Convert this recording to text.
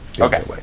Okay